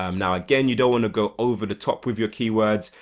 um now again, you don't want to go over the top with your keywords,